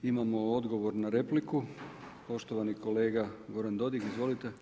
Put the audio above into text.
Imamo odgovor na repliku, poštovani kolega Goran Dodig, izvolite.